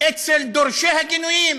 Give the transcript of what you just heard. אצל דורשי הגינויים.